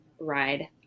ride